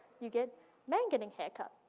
you get man getting haircut,